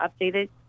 updated